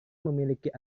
memiliki